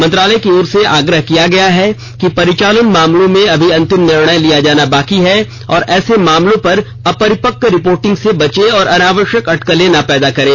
मंत्रालय की ओर से आग्रह किया गया है कि परिचालन मामलों में अभी अंतिम निर्णय लिया जाना बाकी है और ऐसे मामलों पर अपरिपक्व रिपोर्टिंग से बचे और अनावश्यक अटकलें ना पैदा करें